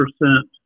percent